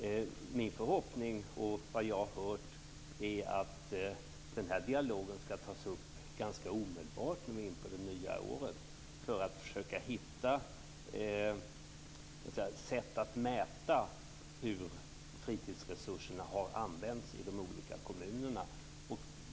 Min förhoppning, och vad jag har hört, är att denna dialog ska tas upp ganska omedelbart i början av nästa år för att man ska försöka hitta sätt att mäta hur fritidsresurserna har använts i de olika kommunerna.